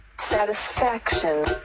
satisfaction